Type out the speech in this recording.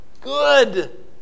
good